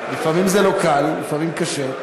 לפעמים זה לא קל, לפעמים קשה,